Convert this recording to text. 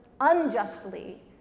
unjustly